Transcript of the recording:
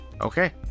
Okay